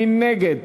מי נגד?